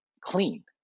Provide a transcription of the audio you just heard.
clean